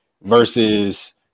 versus